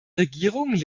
regierung